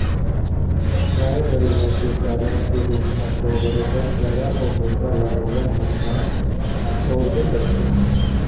गाय गरुवा के चारा के रुप म तो बरोबर पैरा अउ भुसा ल लोगन मन ह बउरबे करथे